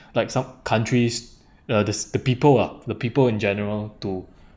like some countries uh this the people ah the people in general to